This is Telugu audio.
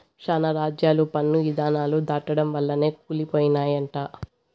శానా రాజ్యాలు పన్ను ఇధానాలు దాటడం వల్లనే కూలి పోయినయంట